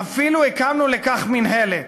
אפילו הקמנו לכך מינהלת.